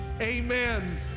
amen